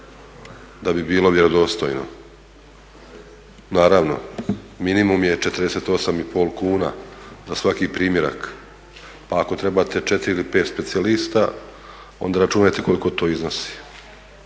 da bi bilo vjerodostojno. Naravno, minimum je 48 i pol kuna za svaki primjerak, pa ako trebate 4 ili 5 specijalista, onda računajte koliko to iznosi,